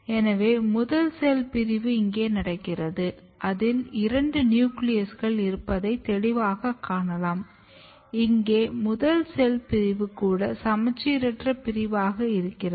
எனவே முதல் செல் பிரிவு இங்கே நடக்கிறது அதில் இரண்டு நியூக்ளியஸ்கள் இருப்பதைத் தெளிவாகக் காணலாம் இங்கே முதல் செல் பிரிவு கூட சமச்சீரற்றப் பிரிவாக இருக்கிறது